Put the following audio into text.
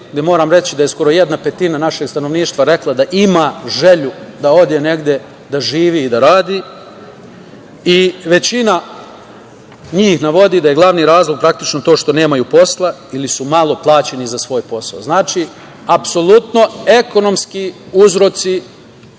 gde moram reći da je skoro jedna petina našeg stanovništva rekla da ima želju da ode negde da živi i da radi i većina njih navodi da je glavni razlog praktično to što nemaju posla ili su malo plaćeni za svoj posao. Znači, apsolutno ekonomski uzroci,